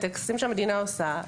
טקסים שהמדינה עושה,